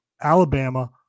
Alabama